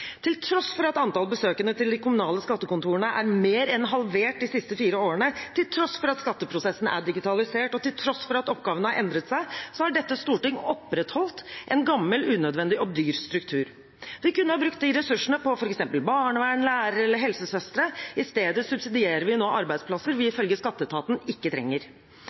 Til tross for at antall besøkende til de kommunale skattekontorene er mer enn halvert de siste fire årene, til tross for at skatteprosessen er digitalisert, og til tross for at oppgavene har endret seg, har dette storting opprettholdt en gammel, unødvendig og dyr struktur. Vi kunne ha brukt de ressursene på f.eks. barnevern, lærere eller helsesøstre. I stedet subsidierer vi nå arbeidsplasser vi ifølge skatteetaten ikke trenger.